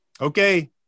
Okay